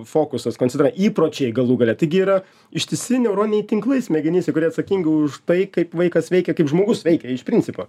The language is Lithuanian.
fokusas konsidera įpročiai galų gale taigi yra ištisi neuroniniai tinklai smegenyse kurie atsakingi už tai kaip vaikas veikia kaip žmogus veikia iš principo